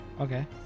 Okay